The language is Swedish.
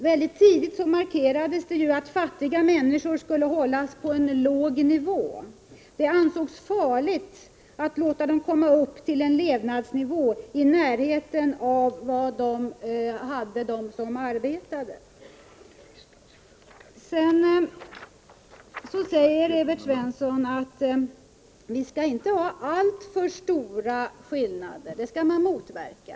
Väldigt tidigt markerades att de fattiga människorna skulle hållas på låg nivå — det ansågs farligt att låta dem komma upp till en levnadsnivå i närheten av den som gällde för dem som arbetade. Evert Svensson säger att vi inte skall ha alltför stora skillnader — det skall motverkas.